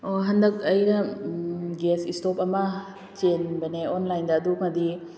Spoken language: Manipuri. ꯑꯣ ꯍꯟꯗꯛ ꯑꯩꯅ ꯒꯦꯁ ꯏꯁꯇꯣꯞ ꯑꯃ ꯆꯦꯟꯕꯅꯦ ꯑꯣꯟꯂꯥꯏꯟꯗ ꯑꯗꯨꯒꯗꯤ